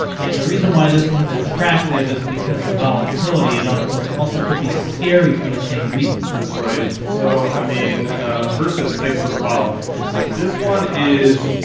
and the reason why this one's attractive is because of volatility at all because also could be scary for the same reason. that's right so i mean ah since thanks for the follow thanks this one is.